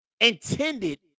intended